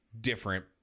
different